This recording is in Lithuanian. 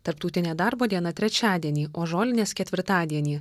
tarptautinė darbo diena trečiadienį o žolinės ketvirtadienį